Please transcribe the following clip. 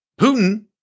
Putin